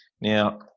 now